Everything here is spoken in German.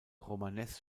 romanes